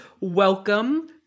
welcome